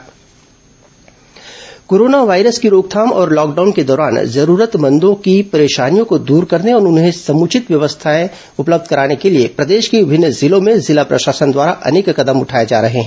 corona जिला corona virus की रोकथाम और लॉकडाउन के दौरान जरूरतमंद लोगों की परेशानियों को दूर करने और उन्हें समुचित सुविधाएं उपलब्ध कराने के लिए प्रदेश के विभिन्न जिलों में जिला प्रशासन द्वारा अनेक कदम उठाए जा रहे हैं